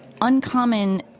uncommon